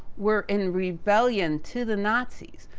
we're in rebellion to the nazis.